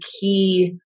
key